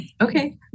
Okay